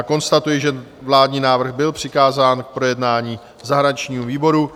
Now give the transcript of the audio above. Konstatuji, že vládní návrh byl přikázán k projednání zahraničnímu výboru.